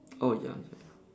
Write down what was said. oh ya ya